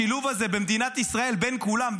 השילוב הזה במדינת ישראל בין כולם,